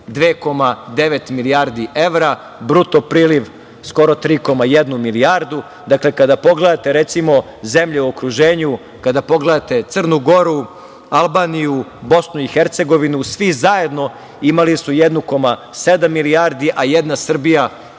2,9 milijardi evra, bruto priliv skoro 3,1 milijardu. Dakle, kada pogledate, recimo, zemlje u okruženju, kada pogledate Crnu Goru, Albaniju, Bosnu i Hercegovinu, svi zajedno imali su 1,7 milijardi, a jedna Srbija